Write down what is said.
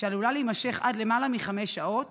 שעלולה להימשך עד למעלה מחמש שעות